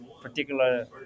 particular